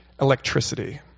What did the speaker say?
electricity